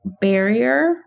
barrier